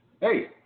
Hey